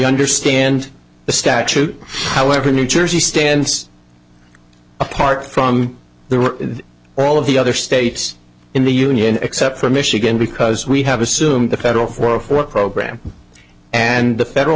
understand the statute however new jersey stands apart from the we're all of the other states in the union except for michigan because we have assumed the federal role for a program and the federal